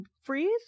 freeze